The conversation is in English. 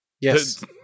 Yes